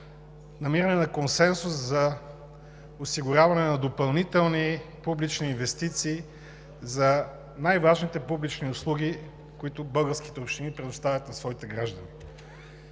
намиране на консенсус за осигуряване на допълнителни публични инвестиции за най-важните публични услуги, които българските общини предоставят на своите граждани.